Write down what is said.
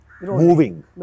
moving